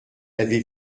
avait